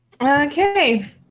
Okay